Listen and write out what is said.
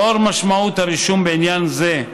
לאור משמעות הרישום בעניין זה,